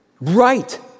Right